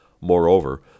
Moreover